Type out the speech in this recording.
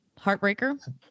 heartbreaker